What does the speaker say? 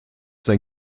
sein